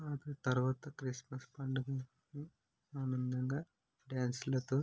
తర్వాత క్రిస్మస్ పండుగను ఆనందంగా డ్యాన్సులతో